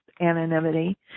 anonymity